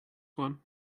one